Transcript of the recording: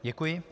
Děkuji.